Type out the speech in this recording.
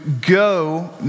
go